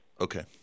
Okay